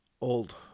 old